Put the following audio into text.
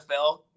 NFL